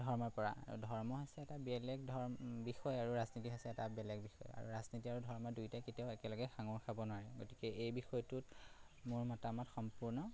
ধৰ্মৰ পৰা আৰু ধৰ্ম হৈছে এটা বেলেগ ধৰ্ম বিষয় আৰু ৰাজনীতি হৈছে এটা বেলেগ বিষয় আৰু ৰাজনীতি আৰু ধৰ্ম দুইটা কেতিয়াও একেলগে সাঙুৰ খাব নোৱাৰে গতিকে এই বিষয়টোত মোৰ মতামত সম্পূৰ্ণ